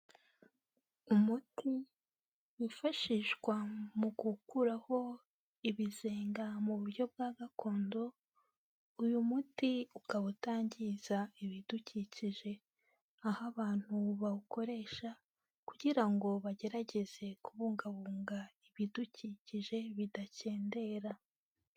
Umuti wifashishwa mu gukuraho ibizenga mburyo bwa gakondo, uyu muti ukaba utangiza ibidukikije, aho abantu bawukoresha kugira ngo bagerageze kubungabunga ibidukikije bidakendera.